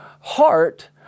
heart